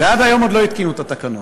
ועד היום לא התקינו את התקנות.